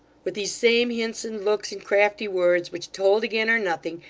with these same hints, and looks, and crafty words, which told again are nothing,